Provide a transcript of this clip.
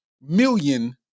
million